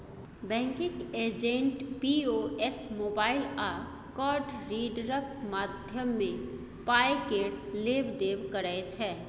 banking agent POS, mobile आ card रीडरक माध्यमे पाय केर लेब देब करै छै